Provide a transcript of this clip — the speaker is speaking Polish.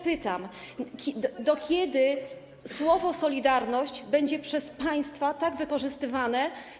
Pytam: Do kiedy słowo „solidarność” będzie przez państwa tak wykorzystywane?